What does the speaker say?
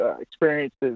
experiences